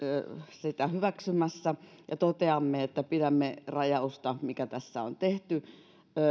sitä hyväksymässä ja toteamme että pidämme rajausta mikä tässä on tehty